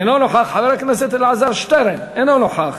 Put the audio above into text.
אינו נוכח.